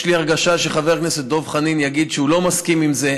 יש לי הרגשה שחבר הכנסת דב חנין יגיד שהוא לא מסכים לזה,